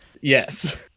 Yes